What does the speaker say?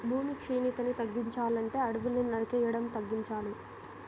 భూమి క్షీణతని తగ్గించాలంటే అడువుల్ని నరికేయడం తగ్గించాలి